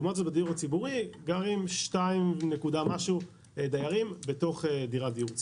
לעומת זה בדיור הציבורי גרים יותר משני דיירים בתוך דירת דיור ציבורי.